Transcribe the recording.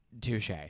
Touche